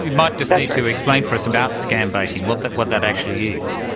you might just need to explain for us about scam-baiting, what that what that actually is.